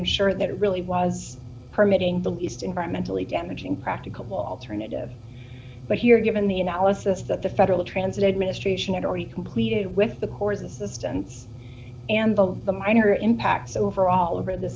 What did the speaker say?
ensure that it really was permitting the least environmentally damaging practical alternative but here given the analysis that the federal translate ministration had already completed with the corps assistance and the the minor impacts overall over the